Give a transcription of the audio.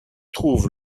trouve